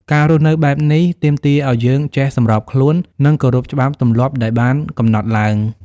ការរស់នៅបែបនេះ ទាមទារឲ្យយើងចេះសម្របខ្លួន និងគោរពច្បាប់ទម្លាប់ដែលបានកំណត់ឡើង។